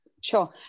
Sure